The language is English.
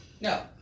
No